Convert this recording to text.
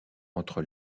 entre